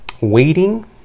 Waiting